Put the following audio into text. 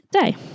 day